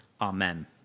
Amen